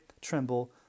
tremble